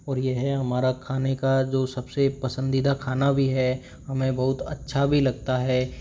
और यह हमारा खाने का जो सबसे पसंदीदा खाना भी है हमें बहुत अच्छा भी लगता है